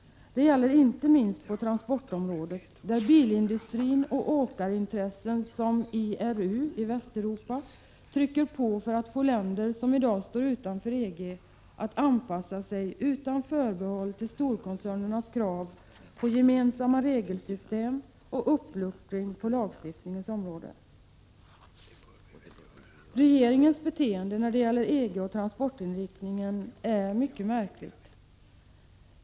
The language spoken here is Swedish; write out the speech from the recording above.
Det gäller inte minst på transportområdet, där bilindustrin och åkarintressen som IRU i Västeuropa trycker på för att få länder som i dag står utanför EG att utan förbehåll anpassa sig till storkoncernernas krav på gemensamma regelsystem och uppluckring på lagstiftningens område. Regeringens beteende när det gäller EG och transportinriktningen är mycket märkligt.